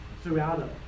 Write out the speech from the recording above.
throughout